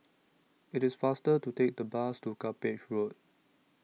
IT IS faster to Take The Bus to Cuppage Road